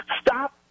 stop